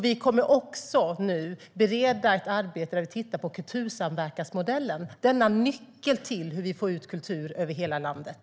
Vi kommer nu att bereda ett arbete där vi tittar på kultursamverkansmodellen, denna nyckel till hur vi får ut kultur över hela landet.